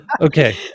Okay